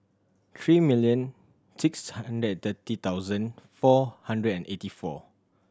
three million six hundred thirty thousand four hundred and eighty four